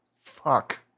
fuck